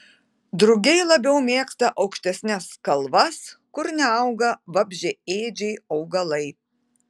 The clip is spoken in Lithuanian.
drugiai labiau mėgsta aukštesnes kalvas kur neauga vabzdžiaėdžiai augalai